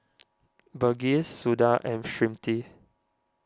Verghese Suda and Smriti